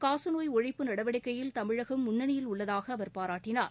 காசநோய் ஒழிப்பு நடவடிக்கையில் தமிழகம் முன்னணியில் உள்ளதாக அவர் பாராட்டினார்